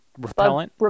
repellent